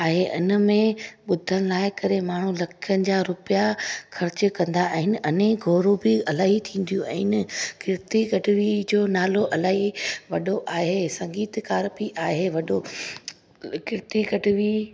आहे इनमें ॿुधण लाइ करे माण्हू लखनि जा रुपिया ख़र्चु कंदा आहिनि अने गोड़ू बि अलाई थींदियूं आहिनि कीर्ती गढवी जो नालो अलाई वॾो आहे संगीतकार बि आहे वॾो कीर्ती गढवी